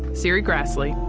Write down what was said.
serri graslie,